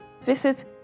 visit